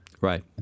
Right